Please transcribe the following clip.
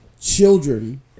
children